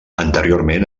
anteriorment